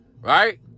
Right